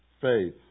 faith